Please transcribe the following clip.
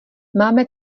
máme